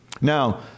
Now